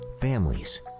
families